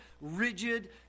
rigid